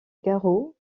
garot